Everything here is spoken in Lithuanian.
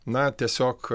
na tiesiog